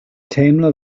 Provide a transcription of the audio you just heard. teimlo